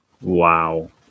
Wow